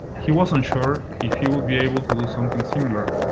he was unsure if he would be able to do something similar.